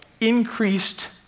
increased